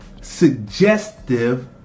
suggestive